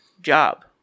job